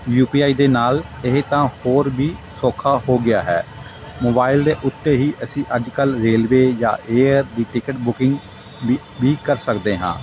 you P I ਦੇ ਨਾਲ ਇਹ ਤਾਂ ਹੋਰ ਵੀ ਸੌਖਾ ਹੋ ਗਿਆ ਹੈ ਮੋਬਾਇਲ ਦੇ ਉੱਤੇ ਹੀ ਅਸੀਂ ਅੱਜ ਕੱਲ੍ਹ ਰੇਲਵੇ ਜਾਂ ਏਅਰ ਦੀ ਟਿਕਟ ਬੁੱਕਿੰਗ ਵੀ ਵੀ ਕਰ ਸਕਦੇ ਹਾਂ